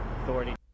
authority